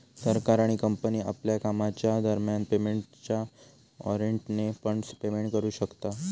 सरकार आणि कंपनी आपल्या कामाच्या दरम्यान पेमेंटच्या वॉरेंटने पण पेमेंट करू शकता